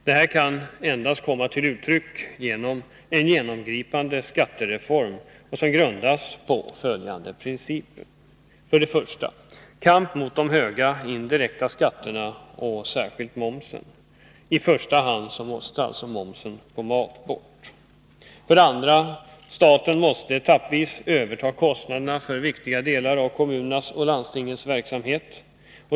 Detta kan endast komma till uttryck genom en genomgripande skattereform, grundad på följande principer: 1. Kamp mot de höga indirekta skatterna och särskilt momsen. I första hand måste alltså momsen på mat bort. 2. Staten måste etappvis överta kostnaderna för viktiga delar av kommunerna och landstingens verksamhet.